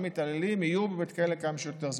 מתעללים יהיו בבית כלא כמה שיותר זמן.